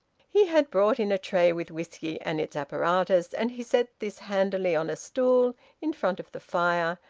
he had brought in a tray with whisky and its apparatus, and he set this handily on a stool in front of the fire,